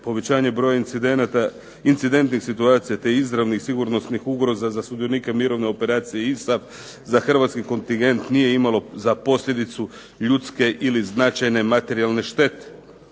Povećanje broja incidenata, incidentnih situacija te izravnih i sigurnosnih ugroza za sudionike mirovne operacije ISAF za hrvatski kontingent nije imalo za posljedicu ljudske ili značajne materijalne štete.